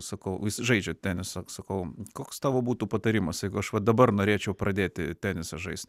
sakau jis žaidžia tenisą sakau koks tavo būtų patarimas jeigu aš va dabar norėčiau pradėti tenisą žaist